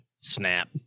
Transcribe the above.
Snap